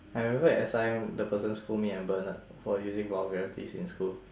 I remember at S_I_M the person scold me and bernard for using vulgarities in school